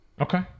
Okay